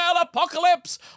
apocalypse